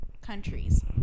countries